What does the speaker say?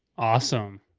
awesome.